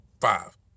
five